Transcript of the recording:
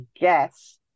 guess